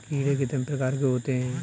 कीड़े कितने प्रकार के होते हैं?